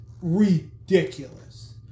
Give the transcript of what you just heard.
ridiculous